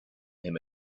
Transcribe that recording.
him